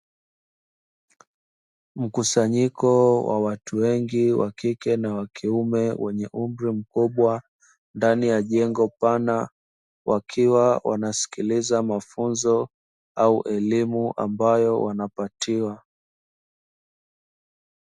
Mkusanyiko wa watu wengi wa kike na wakiume wenye umri mkubwa ndani ya jengo pana, wakiwa wanasikiliza mafunzo au elimu ambayo wanapatiwa.